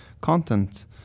content